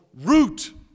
root